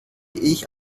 ich